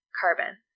carbon